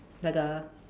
那个